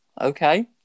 okay